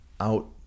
out